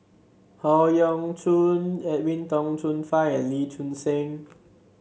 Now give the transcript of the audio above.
Howe Yoon Chong Edwin Tong Chun Fai and Lee Choon Seng